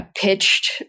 pitched